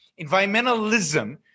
Environmentalism